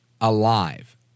alive